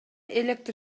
электр